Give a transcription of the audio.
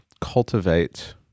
cultivate